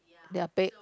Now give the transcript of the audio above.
they're big